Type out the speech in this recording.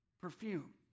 perfume